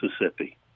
Mississippi